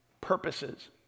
purposes